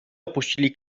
opuścili